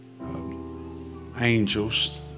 angels